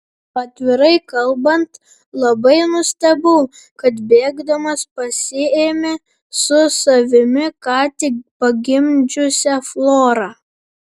atvirai kalbant labai nustebau kad bėgdamas pasiėmė su savimi ką tik pagimdžiusią florą